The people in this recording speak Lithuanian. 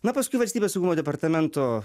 na paskui valstybės saugumo departamento